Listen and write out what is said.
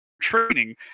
training